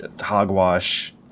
hogwash